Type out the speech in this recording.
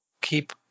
keep